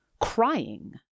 crying